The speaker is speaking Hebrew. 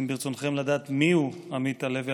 אם ברצונכם לדעת מיהו עמית הלוי,